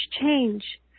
change